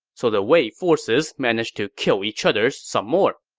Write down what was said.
so the wei forces managed to kill each other some more.